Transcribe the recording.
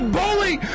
bully